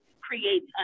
creates